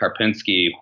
Karpinski